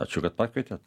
ačiū kad pakvietėt